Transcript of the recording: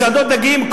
מסעדות דגים.